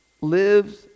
lives